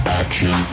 action